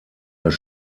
das